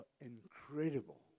incredible